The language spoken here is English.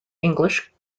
english